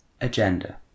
agenda